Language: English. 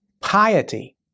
piety